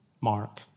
Mark